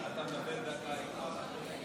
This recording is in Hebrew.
הפחתת תוספת הפיגור על אי-תשלום קנס),